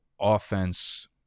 offense